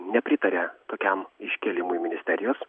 nepritaria tokiam iškėlimui ministerijos